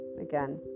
again